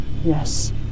yes